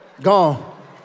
gone